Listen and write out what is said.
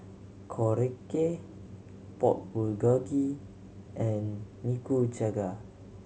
Korokke Pork Bulgogi and Nikujaga